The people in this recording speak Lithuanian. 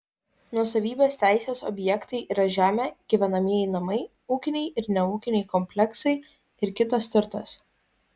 nuosavybės teisės objektai yra žemė gyvenamieji namai ūkiniai ir neūkiniai kompleksai ir kitas turtas